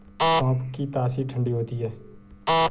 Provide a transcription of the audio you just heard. सौंफ की तासीर ठंडी होती है